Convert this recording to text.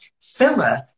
Filler